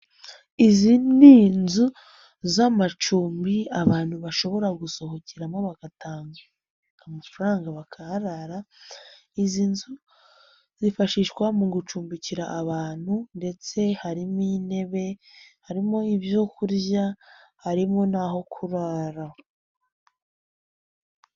Izi ni inzu z'amacumbi abantu bashobora gusohokeramo bagatanga amafaranga bakaharara. Izi nzu, zifashishwa mu gucumbikira abantu ndetse harimo intebe, harimo ibyo kurya, harimo n'aho kurara.